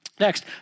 Next